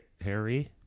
Harry